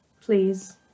Please